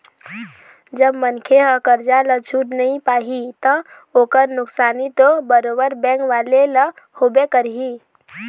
जब मनखे ह करजा ल छूट नइ पाही ता ओखर नुकसानी तो बरोबर बेंक वाले ल होबे करही